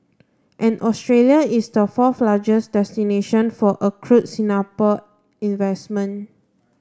and Australia is the fourth largest destination for accrued Singapore investment